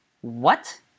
What